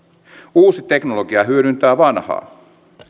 uusi teknologia hyödyntää vanhaa